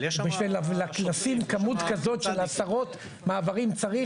בשביל לשים כמות כזאת של עשרות מעברים, צריך